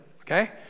okay